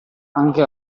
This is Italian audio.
anche